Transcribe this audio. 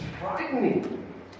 frightening